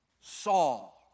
Saul